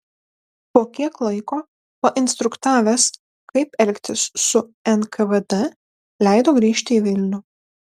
po kiek laiko painstruktavęs kaip elgtis su nkvd leido grįžti į vilnių